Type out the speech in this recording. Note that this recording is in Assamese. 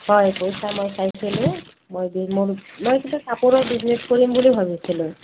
হয় পইচা মই চাইছিলোঁ মই মই কিন্তু কাপোৰৰ বিজনেছ কৰিম বুলি ভাবিছিলোঁ